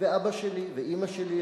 ואבא שלי ואמא שלי,